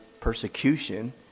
persecution